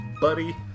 buddy